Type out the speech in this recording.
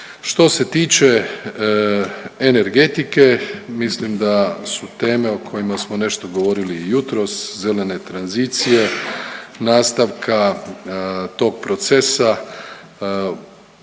Što se tiče energetike mislim da su teme o kojima smo nešto govorili i jutros zelene tranzicije nastavka tog procesa